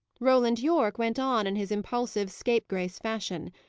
roland yorke went on in his impulsive, scapegrace fashion.